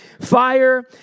Fire